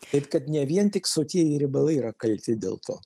taip kad ne vien tik sotieji riebalai yra kalti dėl to